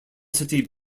city